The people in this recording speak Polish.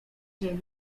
ziemi